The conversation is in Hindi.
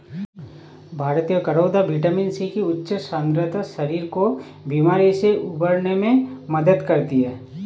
भारतीय करौदा विटामिन सी की उच्च सांद्रता शरीर को बीमारी से उबरने में मदद करती है